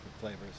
flavors